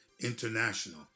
International